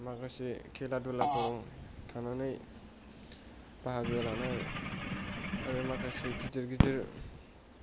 माखासे खेला दुलाफोराव थानानै बाहागो लानाय आरो माखासे गिदिर गिदिर